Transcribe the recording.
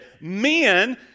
men